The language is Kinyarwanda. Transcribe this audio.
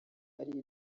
hari